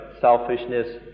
selfishness